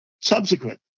subsequent